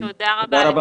תודה רבה.